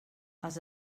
els